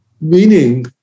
meaning